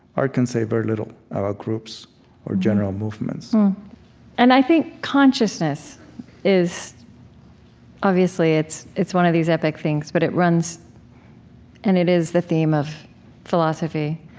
art can say very little about groups or general movements and i think consciousness is obviously, it's it's one of these epic things, but it runs and it is the theme of philosophy.